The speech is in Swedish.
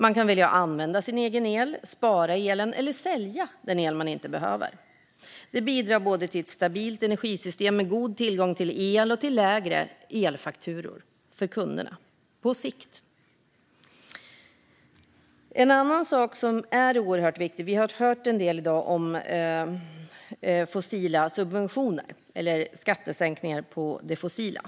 Man kan välja att använda sin egen el, spara elen eller sälja den el man inte behöver. Det bidrar både till ett stabilt energisystem med god tillgång till el och till lägre elfakturor för kunderna på sikt. En annan sak som är oerhört viktig och som vi har hört en del om i dag är fossila subventioner, eller skattesänkningar på det fossila.